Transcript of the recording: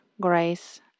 grace